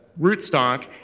rootstock